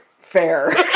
Fair